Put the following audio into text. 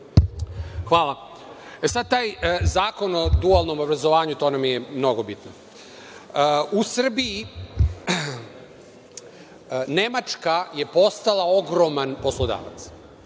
Hvala. Sad taj Zakon o dualnom obrazovanju, to nam je mnogo bitno. U Srbiji Nemačka je postala ogroman poslodavac,